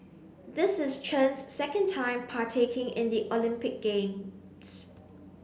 this is Chen's second time partaking in the Olympic games